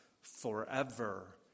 forever